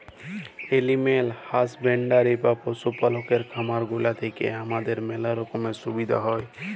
animal husbandry বা পশু পাললের খামার গুলা থেক্যে হামাদের ম্যালা রকমের সুবিধা হ্যয়